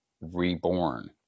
reborn